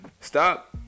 stop